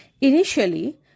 Initially